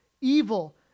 Evil